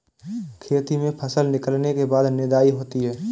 खेती में फसल निकलने के बाद निदाई होती हैं?